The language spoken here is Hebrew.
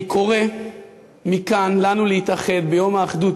אני קורא מכאן לנו להתאחד ביום האחדות,